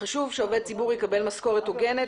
חשוב שעובד ציבור יקבל משכורת הוגנת